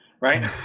right